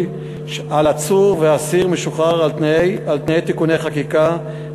על עצור ואסיר משוחרר על-תנאי (תיקוני חקיקה),